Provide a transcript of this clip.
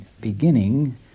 beginning